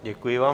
Děkuji vám.